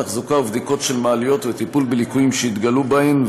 תחזוקה ובדיקות של מעליות וטיפול בליקויים שהתגלו בהן,